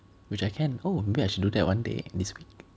which I can oh maybe I should do that one day this week